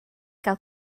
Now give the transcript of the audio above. gael